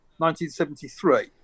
1973